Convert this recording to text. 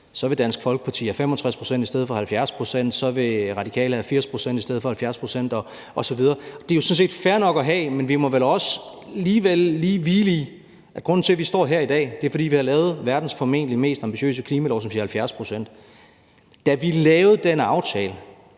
så vil Dansk Folkeparti have 65 pct. i stedet for 70 pct., at så vil Radikale have 80 pct. i stedet for 70 pct., osv. Det er jo sådan set fair nok, men vi må vel alligevel også lige hvile i, at grunden til, at vi står her i dag, er, at vi har lavet verdens formentlig mest ambitiøse klimalov, som siger 70 pct. Da vi lavede den aftale,